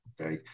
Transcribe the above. okay